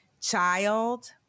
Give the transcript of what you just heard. child